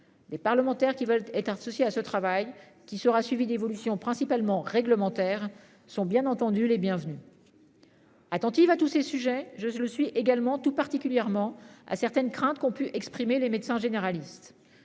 des parlementaires qui veulent être associés à ce travail qui sera suivie d'évolution principalement réglementaires sont bien entendu les bienvenus. Attentive à tous ces sujets, je le suis également tout particulièrement à certaines craintes qu'ont pu exprimer les médecins généralistes.